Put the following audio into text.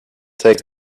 take